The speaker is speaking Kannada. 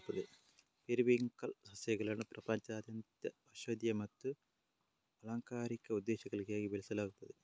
ಪೆರಿವಿಂಕಲ್ ಸಸ್ಯಗಳನ್ನು ಪ್ರಪಂಚದಾದ್ಯಂತ ಔಷಧೀಯ ಮತ್ತು ಅಲಂಕಾರಿಕ ಉದ್ದೇಶಗಳಿಗಾಗಿ ಬೆಳೆಸಲಾಗುತ್ತದೆ